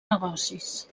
negocis